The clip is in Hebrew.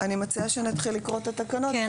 אני מציעה שנתחיל לקרוא את התקנות ואז נעיר הערות.